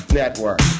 network